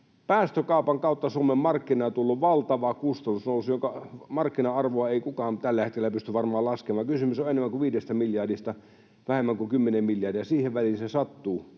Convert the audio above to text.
päästökaupan kautta Suomen markkinaan on tullut valtava kustannusnousu, jonka markkina-arvoa ei varmaan kukaan tällä hetkellä pysty laskemaan. Kysymys on enemmän kuin viidestä miljardista, vähemmän kuin kymmenestä miljardista, siihen väliin se sattuu.